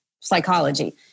psychology